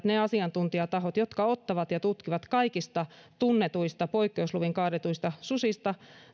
ne asiantuntijatahot jotka ottavat ja tutkivat kaikista tunnetuista poikkeusluvin kaadetuista susista